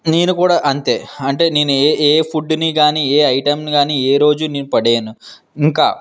నేనుకూడా అంతే అంటే నేను ఏ ఏ ఫుడ్ని కానీ ఏ ఐటెమ్ని కానీ ఏ రోజు నేను పడేయను ఇంకా